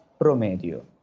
promedio